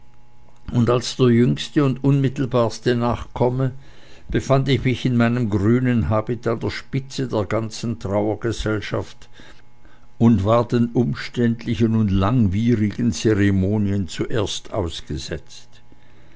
und als der jüngste und unmittelbarste nachkomme befand ich mich in meinem grünen habit an der spitze der ganzen trauergesellschaft und war den umständlichen und langwierigen zeremonien zuerst ausgesetzt